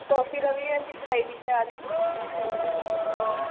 ते हांडी बी कराई लेई चाली